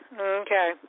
Okay